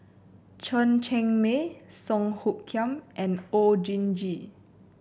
Chen Cheng Mei Song Hoot Kiam and Oon Jin Gee